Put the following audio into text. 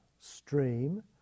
stream